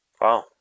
Wow